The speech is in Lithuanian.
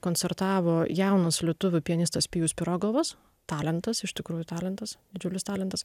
koncertavo jaunas lietuvių pianistas pijus pirogovas talentas iš tikrųjų talentas didžiulis talentas